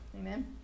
Amen